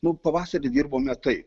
nu pavasarį dirbome taip